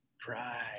Pride